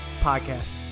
Podcast